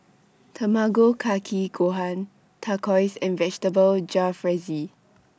Tamago Kake Gohan Tacos and Vegetable Jalfrezi